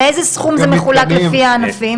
מאיזה סכום זה מחולק לפי הענפים?